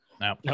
No